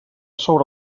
sobre